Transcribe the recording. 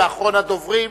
ואחרון הדוברים,